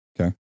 Okay